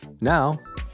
Now